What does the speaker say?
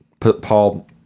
paul